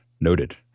Noted